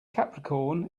capricorn